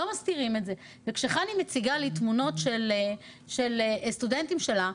לא מסתירים את זה וכשחני מציגה לי תמונות של סטודנטים שלה,